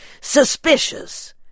suspicious